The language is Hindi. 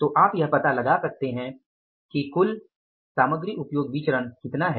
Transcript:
तो आप यह पता लगा सकते हैं कि कुल MUV कितनी है